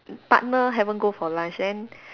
partner haven't go for lunch then